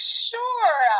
sure